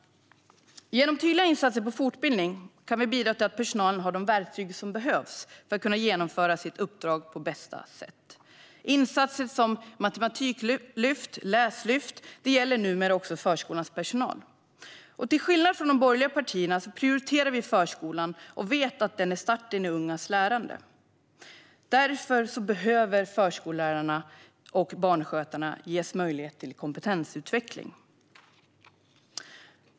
Genom tydliga insatser för fortbildning kan vi bidra till att personalen har de verktyg som behövs för att kunna genomföra sitt uppdrag på bästa sätt. Insatser som matematiklyft och läslyft gäller numera också förskolans personal. Till skillnad från de borgerliga partierna prioriterar vi förskolan och vet att den är starten i ungas lärande. Därför behöver också förskollärarna och barnskötarna ges möjlighet till kompetensutveckling.